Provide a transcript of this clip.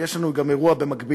יש לנו גם אירוע במקביל,